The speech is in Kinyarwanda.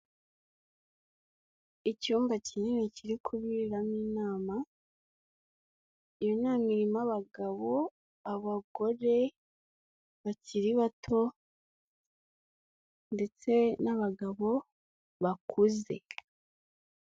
Icyumba kinini kiri kuberamo inama, iyo nama irimo abagabo, abagore bakiri bato ndetse n'abagabo bakuze.